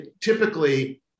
Typically